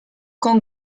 con